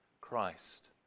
Christ